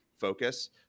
focus